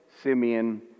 Simeon